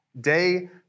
Day